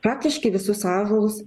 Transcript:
praktiškai visus ąžuolus